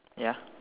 ya